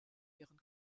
ihren